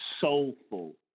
soulful